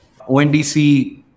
ONDC